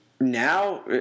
now